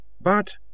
But